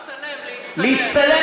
להצטלם, להצטלם.